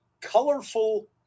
colorful